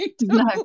No